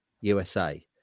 USA